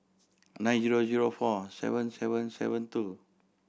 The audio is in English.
nine zero zero four seven seven seven two